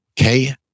Okay